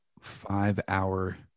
five-hour